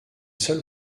seuls